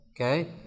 okay